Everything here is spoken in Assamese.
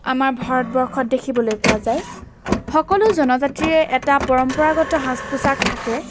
আমাৰ ভাৰতবৰ্ষত দেখিবলৈ পোৱা যায় সকলো জনজাতিৰে এটা পৰম্পৰাগত সাজ পোচাক থাকে